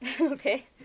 Okay